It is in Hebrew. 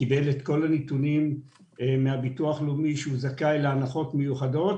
קיבל את כל הנתונים מהביטוח הלאומי שהוא זכאי להנחות מיוחדות